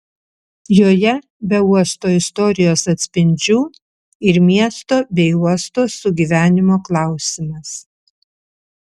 joje be uosto istorijos atspindžių ir miesto bei uosto sugyvenimo klausimas